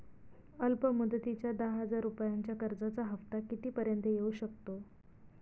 अल्प मुदतीच्या दहा हजार रुपयांच्या कर्जाचा हफ्ता किती पर्यंत येवू शकतो?